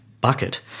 bucket